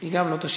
היא לא תשיב.